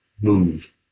move